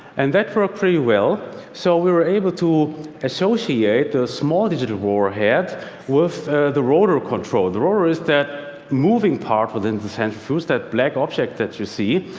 and that worked pretty well. so we were able to associate the small digital warhead with the rotor control. the rotor is that moving part within the centrifuge, that black object that you see.